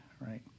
right